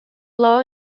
law